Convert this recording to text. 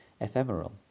ephemeral